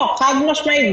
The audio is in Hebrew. חד-משמעית.